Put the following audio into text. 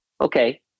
okay